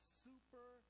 super